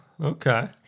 Okay